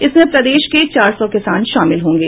इसमें प्रदेश के चार सौ किसान शामिल होंगे